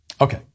Okay